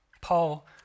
Paul